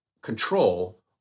control